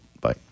Bye